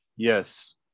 Yes